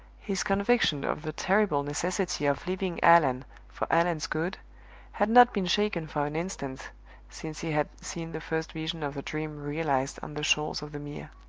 his conviction of the terrible necessity of leaving allan for allan's good had not been shaken for an instant since he had seen the first vision of the dream realized on the shores of the mere.